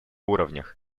уровнях